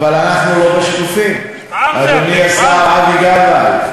אבל אנחנו לא שקופים, אדוני השר אבי גבאי.